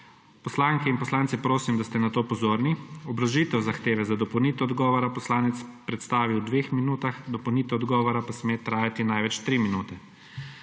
Poslanke in poslance prosim, da ste na to pozorni. Obrazložitev zahteve za dopolnitev odgovora poslanec predstavi v dveh minutah, dopolnitev odgovora pa sme trajati največ tri minute.